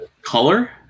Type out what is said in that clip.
Color